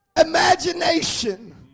Imagination